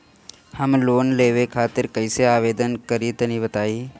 हम लोन लेवे खातिर कइसे आवेदन करी तनि बताईं?